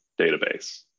database